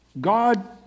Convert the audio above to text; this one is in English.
God